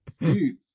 Dude